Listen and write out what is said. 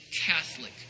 Catholic